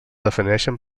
defineixen